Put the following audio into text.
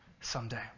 someday